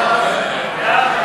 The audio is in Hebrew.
ההצעה